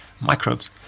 microbes